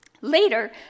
Later